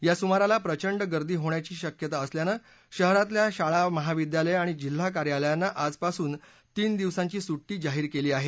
या सुमारास प्रचंड गर्दी होण्याची शक्यता असल्यानं शहरातल्या शाळा महाविद्यालयं आणि जिल्हा कार्यालयांना आजपासून तीन दिवसांची सुट्टी जाहीर करण्यात आली आहे